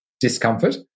discomfort